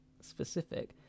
specific